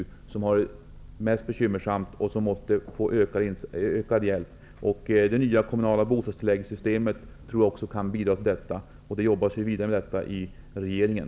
Pensionärerna har det sämst ställt och måste därför få ökad hjälp. Det nya kommunala bostadsbidragssystemet kommer att bidra till att underlätta för pensionärerna. Det arbetas nu vidare med den frågan i regeringen.